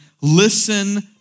listen